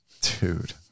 Dude